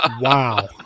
Wow